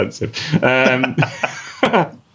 expensive